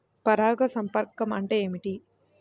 పరాగ సంపర్కం అంటే ఏమిటి?